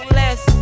less